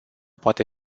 poate